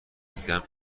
دیدم